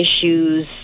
issues